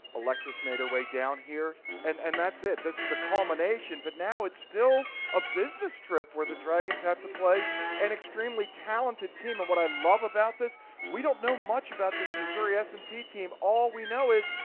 alexis made her way down here and and that's it. this is a culmination but now it's still a business trip where the dragons have to play an extremely talented team and what i love about this we don't know much about this missouri s and t team. all we know is,